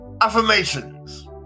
affirmations